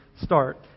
start